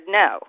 no